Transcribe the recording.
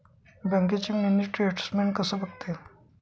बँकेचं mini statement कसं बघता येईल?